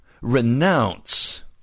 renounce